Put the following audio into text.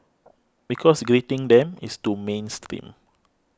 because greeting them is too mainstream